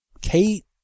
Kate